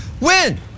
win